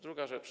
Druga rzecz.